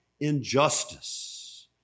injustice